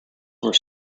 were